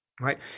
right